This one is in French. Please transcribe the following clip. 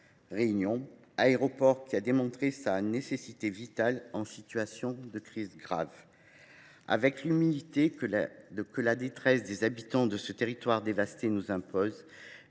Réunion ; celui ci a démontré sa nécessité vitale en situation de crise grave. Avec l’humilité que la détresse des habitants de ce territoire dévasté nous impose